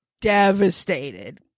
devastated